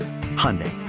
Hyundai